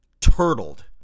turtled